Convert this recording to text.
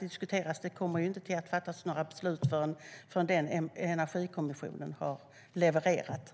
Det kommer inte att fattas några beslut förrän den kommissionen har levererat.